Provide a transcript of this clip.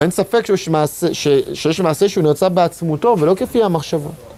אין ספק שיש מעשה.. שיש מעשה שהוא נוצר בעצמותו ולא כפי המחשבות.